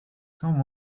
come